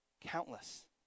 Countless